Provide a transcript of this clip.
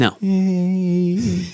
No